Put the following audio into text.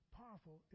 powerful